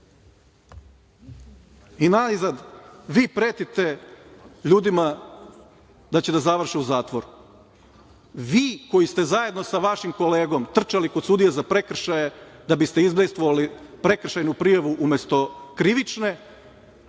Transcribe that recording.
najzad, vi pretite ljudima da će da završe u zatvoru, vi koji ste zajedno sa vašim kolegom trčali kod sudije za prekršaje da biste izdejstvovali prekršajnu osudu umesto krivične,